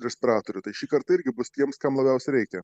respiratorių tai šį kartą irgi bus tiems kam labiausiai reikia